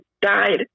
died